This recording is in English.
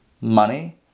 money